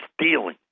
stealing